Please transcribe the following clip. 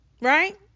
Right